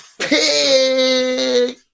Pig